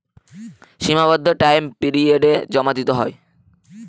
সীমাবদ্ধ টাইম পিরিয়ডে জমা দিতে হয়